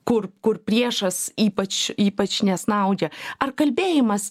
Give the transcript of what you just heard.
kur kur priešas ypač ypač nesnaudžia ar kalbėjimas